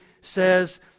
says